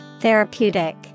Therapeutic